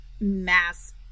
mass